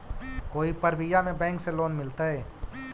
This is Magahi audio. कोई परबिया में बैंक से लोन मिलतय?